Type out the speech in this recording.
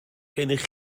gennych